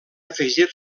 afegir